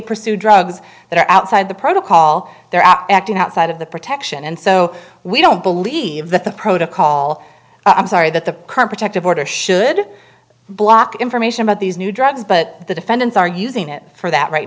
pursued drugs that are outside the protocol they're acting outside of the protection and so we don't believe that the protocol i'm sorry that the current protective order should block information about these new drugs but the defendants are using it for that right